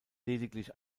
lediglich